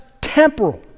temporal